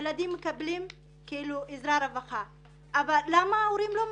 שהילדים מקבלים עזרה מהרווחה אבל למה ההורים לא מקבלים?